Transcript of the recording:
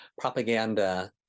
propaganda